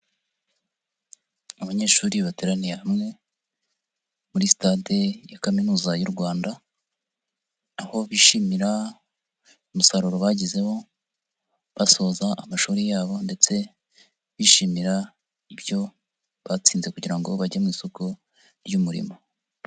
Abanyeshuri bateraniye hamwe muri sitade ya Kaminuza y'u Rwanda aho bishimira umusaruro bagezemo basoza amashuri yabo ndetse bishimira ibyo batsinze kugira ngo bajye mu isoko ry'umurimo.